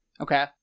Okay